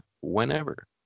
whenever